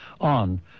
on